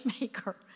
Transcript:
maker